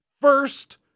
First